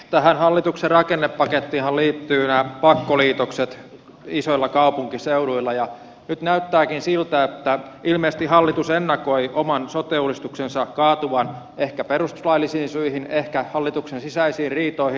tähän hallituksen rakennepakettiinhan liittyvät nämä pakkoliitokset isoilla kaupunkiseuduilla ja nyt näyttääkin siltä että ilmeisesti hallitus ennakoi oman sote uudistuksensa kaatuvan ehkä perustuslaillisiin syihin ehkä hallituksen sisäisiin riitoihin